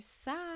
side